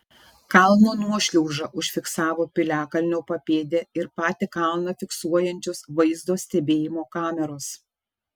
kalno nuošliaužą užfiksavo piliakalnio papėdę ir patį kalną fiksuojančios vaizdo stebėjimo kameros